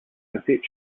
cassette